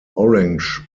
orange